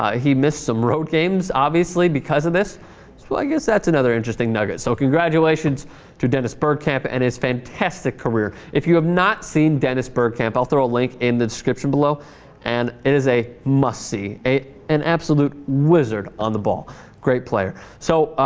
ah he missed some road games obviously because of this well so like yes that's another interesting notice so congratulations to dennis byrd campaign and is fantastic career if you have not seen dennis byrd temple thoroughly in this kitchen well and is a must-see a an absolute wizard on the ball great player so ah.